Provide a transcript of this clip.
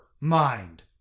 mind